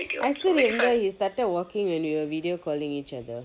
I still remember he started walking when we were video calling each other